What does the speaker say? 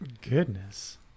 Goodness